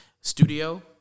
studio